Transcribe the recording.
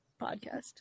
podcast